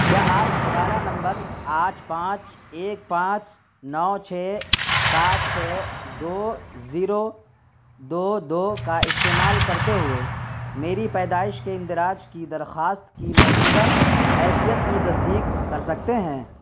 کیا آپ حوالہ نمبر آٹھ پانچ ایک پانچ نو چھ سات چھ دو زیرو دو دو کا استعمال کرتے ہوئے میری پیدائش کے اندراج کی درخواست کی موجودہ حیثیت کی تصدیق کر سکتے ہیں